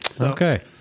Okay